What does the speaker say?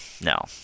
No